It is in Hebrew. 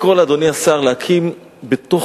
גם אם יש לה מחלוקת וסייגים על חלק מהתוכנית,